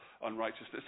unrighteousness